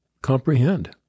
comprehend